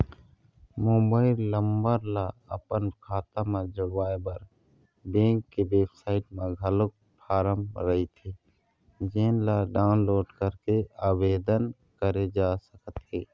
mobile number ल अपन खाता म जोड़वाए बर बेंक के बेबसाइट म घलोक फारम रहिथे जेन ल डाउनलोड करके आबेदन करे जा सकत हे